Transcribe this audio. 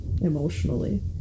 emotionally